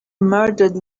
murdered